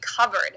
covered